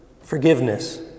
forgiveness